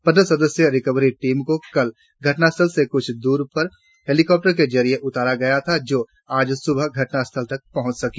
पद्रह सदस्यीय recovery team को कल घटनास्थल से कुछ दुरी पर हेलिकप्टर के जरिए उतारा गया था जो आज सुबह दुर्घटनास्थल तक पहुँच सकी